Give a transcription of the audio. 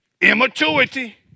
immaturity